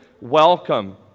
welcome